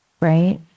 right